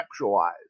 conceptualize